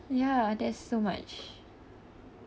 ya that's so much